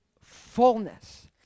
fullness